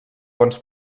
bons